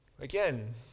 Again